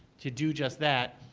to do just that.